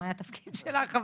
מה היה התפקיד שלך,